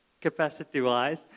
capacity-wise